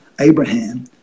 Abraham